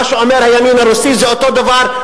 מה שאומר הימין הרוסי זה אותו הדבר.